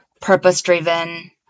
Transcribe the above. purpose-driven